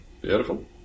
Beautiful